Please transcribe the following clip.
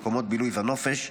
מקומות בילוי ונופש,